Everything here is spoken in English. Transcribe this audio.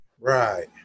Right